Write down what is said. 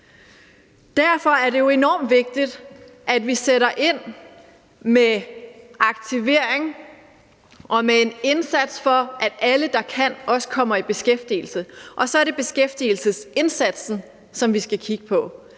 Derfor er det jo enormt vigtigt, at vi sætter ind med aktivering og med en indsats for, at alle, der kan, også kommer i beskæftigelse, og så er det beskæftigelsesindsatsen, som vi skal kigge på.